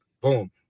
Boom